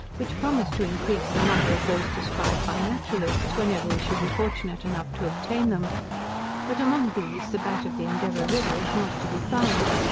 which promise to increase the number of those described by naturalists, whenever we shall be fortunate enough to obtain them but among these the bat of the endeavour river is not to be found.